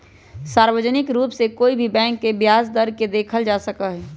सार्वजनिक रूप से कोई भी बैंक के ब्याज दर के देखल जा सका हई